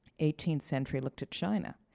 eighteenth century looked at china.